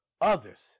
Others